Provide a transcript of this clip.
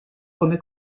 come